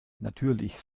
natürlich